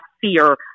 fear